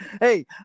Hey